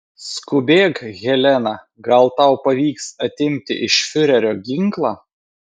skubėk helena gal tau pavyks atimti iš fiurerio ginklą